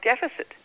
deficit